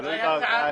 תלוי בערכאה השיפוטית.